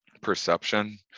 perception